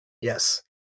Yes